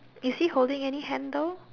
is he holding any handle